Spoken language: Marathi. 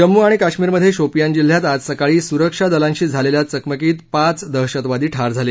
जम्मू आणि काश्मीरमध्ये शोपियान जिल्ह्यात आज सकाळी सुरक्षा दलांशी झालेल्या चकमकीत पाच दहशतवादी ठार झाले